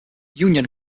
union